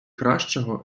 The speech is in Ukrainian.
кращого